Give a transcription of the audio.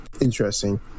interesting